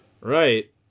Right